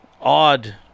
odd